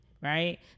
right